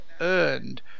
earned